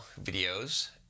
videos